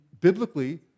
biblically